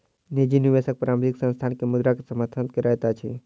निजी निवेशक प्रारंभिक संस्थान के मुद्रा से समर्थन करैत अछि